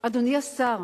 אדוני השר.